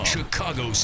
Chicago